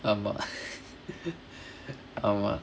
ஆமா:aamaa ஆமா:aamaa